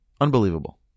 Unbelievable